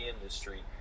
industry